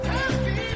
Happy